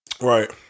Right